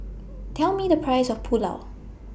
Tell Me The Price of Pulao